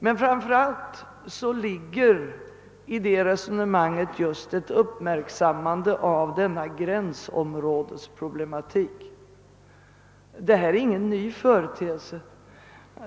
Men framför allt ligger det i det resonemanget ett uppmärksammande av gränsområdesproblematiken. Den är inte någon ny företeelse.